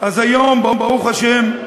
אז היום, ברוך השם,